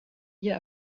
hier